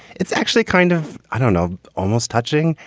it's actually kind of, i don't know, almost touching.